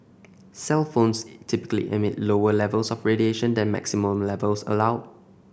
cellphones typically emit lower levels of radiation than maximum levels allowed